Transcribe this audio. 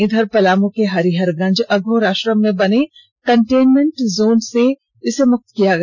इधर पुलामू के हरिहरगंज अघोर आश्रम में बने कन्टेनमेंट जोन से मुक्त किया गया